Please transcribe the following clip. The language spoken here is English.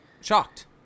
Shocked